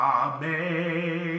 amen